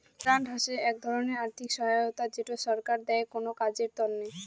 grant হসে এক ধরণের আর্থিক সহায়তা যেটো ছরকার দেয় কোনো কাজের তন্নে